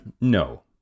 no